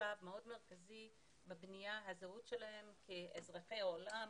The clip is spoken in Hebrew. בשלב מאוד מרכזי בבניית הזהות שלהם כאזרחי העולם,